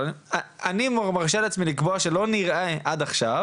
אבל אני מרשה לעצמי לקבוע שלא נראה עד עכשיו